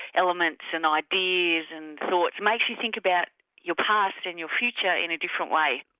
elements and ideas and thoughts, makes you think about your past and your future in a different way.